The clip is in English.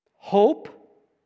Hope